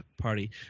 party